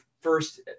first